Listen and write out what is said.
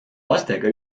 lastega